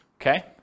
okay